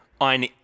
on